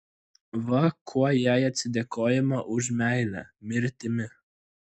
va kuo jai atsidėkojama už meilę mirtimi